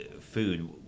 food